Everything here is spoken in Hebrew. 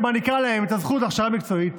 שמעניקה להם את הזכות להכשרה המקצועית,